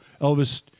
Elvis